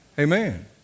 Amen